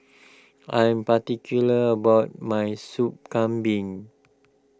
I am particular about my Soup Kambing